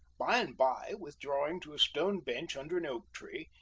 by-and-by, withdrawing to a stone bench under an oak-tree,